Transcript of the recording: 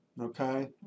okay